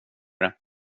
det